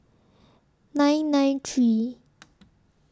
nine nine three